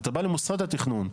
אתה בא למוסד התכנון,